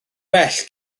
well